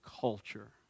culture